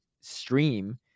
stream